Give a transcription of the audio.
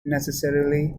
necessarily